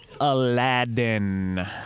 Aladdin